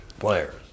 Players